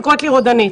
וקוראת לי רודנית.